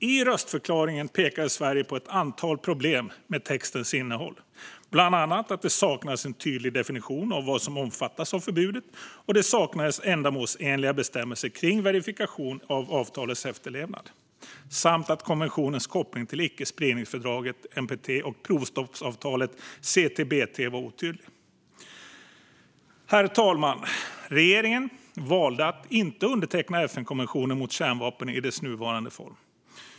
I röstförklaringen pekade Sverige på ett antal problem med textens innehåll, bland annat att det saknades en tydlig definition av vad som omfattas av förbudet, att det saknades ändamålsenliga bestämmelser om verifikation av avtalets efterlevnad samt att konventionens koppling till icke-spridningsfördraget, NPT, och provstoppsavtalet, CTBT, var otydlig. Herr talman! Regeringen valde att inte underteckna FN-konventionen mot kärnvapen i dess nuvarande form.